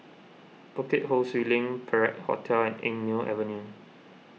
Bukit Ho Swee Link Perak Hotel and Eng Neo Avenue